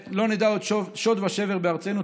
שלא נדע עוד שוד ושבר בארצנו.